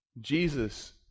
Jesus